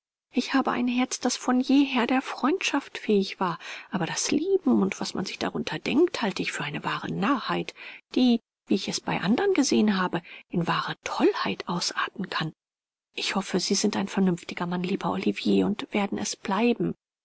ich habe ein herz das von jeher der freundschaft fähig war aber das lieben und was man sich darunter denkt halte ich für eine wahre narrheit die wie ich es bei andern gesehen habe in wahre tollheit ausarten kann ich hoffe sie sind ein vernünftiger mann lieber olivier und werden es bleiben